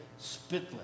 spitless